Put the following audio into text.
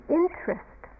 interest